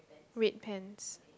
red pants